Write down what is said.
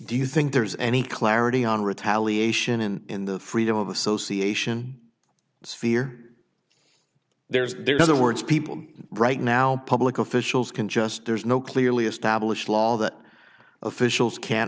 do you think there is any clarity on retaliation and in the freedom of association sphere there is there are other words people right now public officials can just there's no clearly established law that officials can't